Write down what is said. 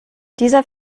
dieser